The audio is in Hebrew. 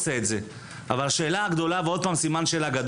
אבל השאלה הגדולה היא התשתיות.